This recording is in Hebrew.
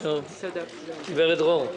גברת דרור,